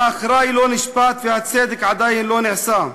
האחראי לא נשפט, והצדק עדיין לא נעשה.